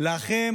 לכם,